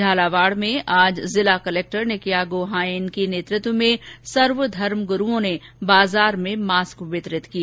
झालावाड़ में आज जिला कलेक्टर निकया गोहाएन के नेतृत्व में सर्वधर्म गुरूओं ने बाजार में मास्क वितरित किए